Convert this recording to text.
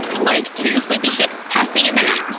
like two sleepy ships passing in the night. ooh,